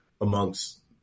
amongst